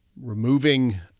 removing